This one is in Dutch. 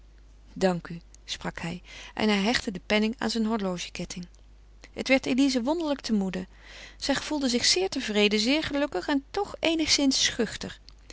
dank u sprak hij en hij hechtte den penning aan zijn horlogeketting het werd eline wonderlijk te moede zij gevoelde zich zeer tevreden zeer gelukkig en toch eenigszins schuchter